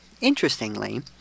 Interestingly